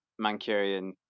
Mancurian